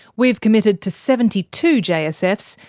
we've committed to seventy two jsfs,